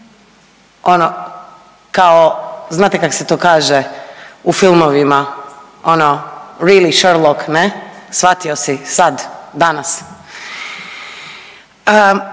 ono kao znate kak se to kaže u filmovima, ono rili scherlok ne, shvatio si sad danas.